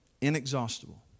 Inexhaustible